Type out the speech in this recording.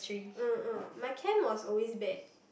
uh uh my chem was always bad